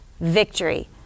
victory